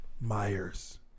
Myers